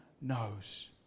knows